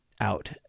out